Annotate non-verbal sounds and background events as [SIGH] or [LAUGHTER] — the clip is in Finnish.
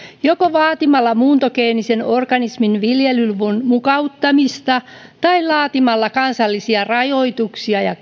joko vaatimalla muuntogeenisen organismin viljelyn mukauttamista tai laatimalla kansallisia rajoituksia ja [UNINTELLIGIBLE]